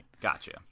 Gotcha